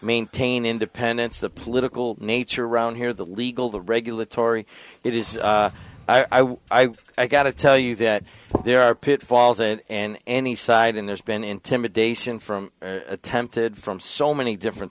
maintain independence the political nature around here the legal the regulatory it is i got to tell you that there are pitfalls and any side and there's been intimidation from attempted from so many different